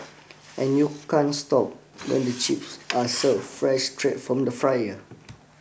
and you can't stop when the chips are served fresh straight from the fryer